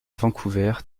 vancouver